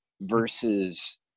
versus